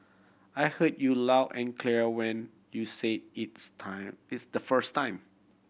I heard you loud and clear when you said it's time it's the first time